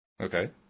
Okay